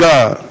God